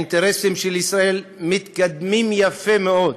האינטרסים של ישראל מתקדמים יפה מאוד.